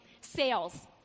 sales